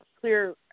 clear